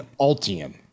Altium